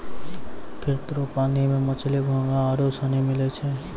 खेत रो पानी मे मछली, घोंघा आरु सनी मिलै छै